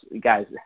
guys